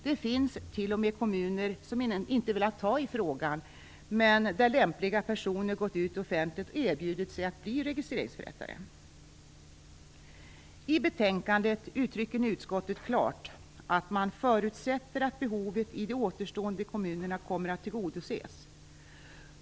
Det finns t.o.m. kommuner som inte har velat ta i frågan, men där lämpliga personer har gått ut offentligt och erbjudit sig att bli registreringsförrättare. I betänkandet uttrycker nu utskottet klart att man förutsätter att behovet i de återstående kommunerna kommer att tillgodoses.